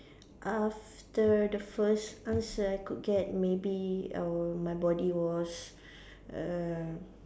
after the first answer I could get maybe err my body was err